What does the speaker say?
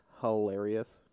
hilarious